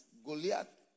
Goliath